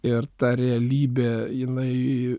ir ta realybė jinai